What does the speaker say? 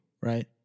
right